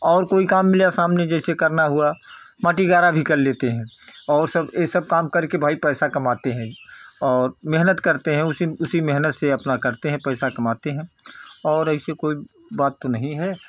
और कोई काम मिला सामने जैसे करना हुआ मिट्टी गारा भी कर लेते हैं और सब ये सब काम करके भाई पैसा कमाते हैं और मेहनत करते हैं उसी उसी मेहनत से अपना करते हैं पैसा कमाते हैं और ऐसी कोई बात तो नहीं है